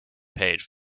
page